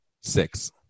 Six